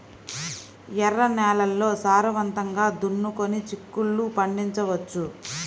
ఎర్ర నేలల్లో సారవంతంగా దున్నుకొని చిక్కుళ్ళు పండించవచ్చు